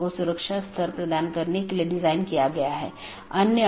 यह BGP का समर्थन करने के लिए कॉन्फ़िगर किया गया एक राउटर है